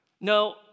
No